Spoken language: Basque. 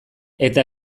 eta